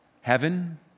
heaven